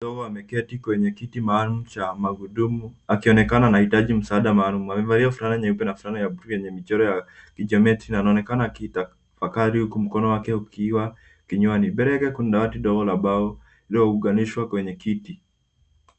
Mdogo ameketi kwenye kiti maalum cha magurudumu akionekana anahitaji msaada maalum, amevalia fulana nyeupe na fulana ya buluu yenye michoro ya kijameti na anaonekana akitafakari huku mkono wake ukiwa kinywani, mbele yake kuna dawati ndogo la mbao lililounganishwa kwenye kiti.